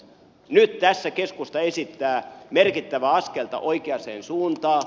nyt tässä keskusta esittää merkittävää askelta oikeaan suuntaan